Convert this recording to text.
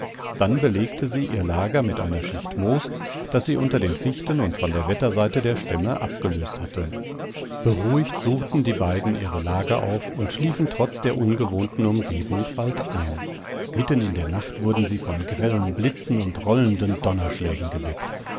dann belegte sie ihr lager mit einer schicht moos das sie unter den fichten und von der wetterseite der stämme abgelöst hatte beruhigt suchten die beiden ihre lager auf und schliefen trotz der ungewohnten umgebung bald ein mitten in der nacht wurden sie von grellen blitzen und rollenden donnerschlägen geweckt